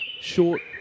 short